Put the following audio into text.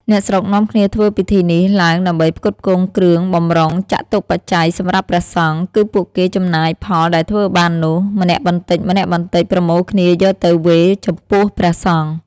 អ្នកស្រុកនាំគ្នាធ្វើពិធីនេះឡើងដើម្បីផ្គត់ផ្គង់គ្រឿងបម្រុងចតុប្បច្ច័យសម្រាប់ព្រះសង្ឃ គឺពួកគេចំណាយផលដែលធ្វើបាននោះ ម្នាក់បន្តិចៗប្រមូលគ្នាយកទៅវេរចំពោះព្រះសង្ឃុ។